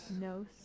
no